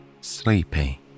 sleepy